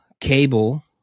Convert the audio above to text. Cable